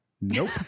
Nope